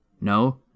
No